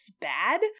bad